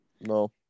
No